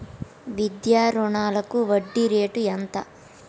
విద్యా రుణాలకు వడ్డీ రేటు ఎంత?